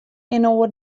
inoar